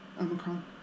Omicron